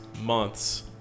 months